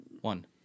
One